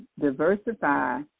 diversify